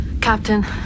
Captain